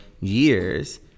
years